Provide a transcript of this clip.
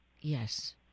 yes